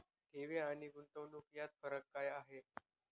ठेवी आणि गुंतवणूक यात फरक काय आहे?